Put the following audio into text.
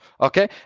Okay